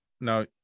now